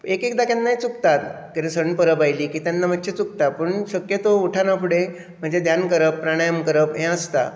एक एकदा केन्नाय चुकता कितें सण परब आयली की तेन्ना मातशें चुकता शक्य तो उठना फुडें ध्यान करप प्राणायम करप हे आसता